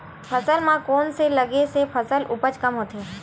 फसल म कोन से लगे से फसल उपज कम होथे?